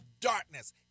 darkness